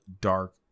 dark